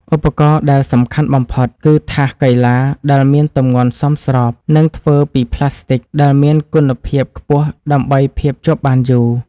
ឧបករណ៍ដែលសំខាន់បំផុត គឺថាសកីឡាដែលមានទម្ងន់សមស្រប និងធ្វើពីផ្លាស្ទិកដែលមានគុណភាពខ្ពស់ដើម្បីភាពជាប់បានយូរ។